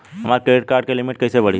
हमार credit card के limit कइसे बढ़ी?